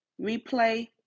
replay